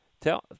Tell